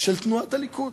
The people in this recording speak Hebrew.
של תנועת הליכוד.